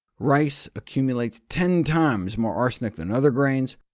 rice accumulates ten times more arsenic than other grains,